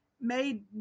made